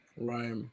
Right